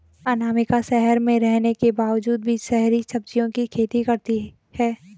अनामिका शहर में रहने के बावजूद भी शहरी सब्जियों की खेती करती है